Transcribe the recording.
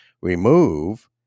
remove